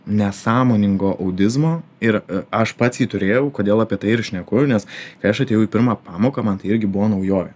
nesąmoningo audizmo ir aš pats jį turėjau kodėl apie tai ir šneku nes kai aš atėjau į pirmą pamoką man tai irgi buvo naujovė